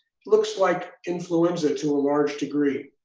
looks like influenza to a large degree.